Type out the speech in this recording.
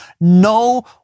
no